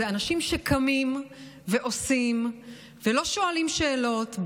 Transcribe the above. אלה אנשים שקמים ועושים ולא שואלים שאלות,